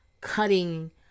cutting